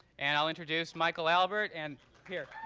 and i'll introduce michael albert. and here,